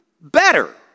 better